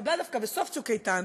שהתקבלה דווקא בסוף "צוק איתן",